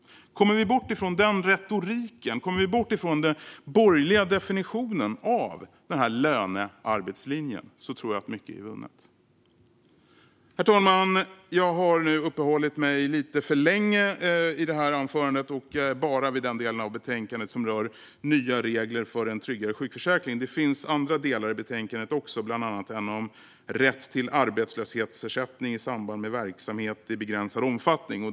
Kommer vi bort ifrån den retoriken, den borgerliga definitionen av lönearbetslinjen, tror jag att mycket är vunnet. Herr talman! Jag har nu uppehållit mig lite för länge i anförandet och bara vid den delen av betänkandet som rör nya regler för en tryggare sjukförsäkring. Det finns också andra delar i betänkandet, bland annat en om rätt till arbetslöshetsersättning i samband med verksamhet i begränsad omfattning.